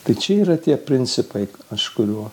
tai čia yra tie principai aš kuriuo